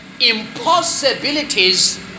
impossibilities